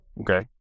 Okay